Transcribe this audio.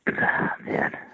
Man